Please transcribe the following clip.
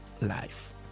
life